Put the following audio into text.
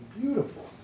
beautiful